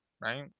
right